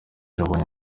yabonye